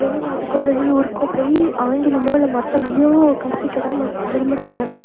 வெளிநாட்டுக்கோ வெளியூருக்கோ போய் ஆங்கிலமோ இல்லை மற்ற மொழியோ கற்பிக்கதான் ம விரும்புகிறாங்க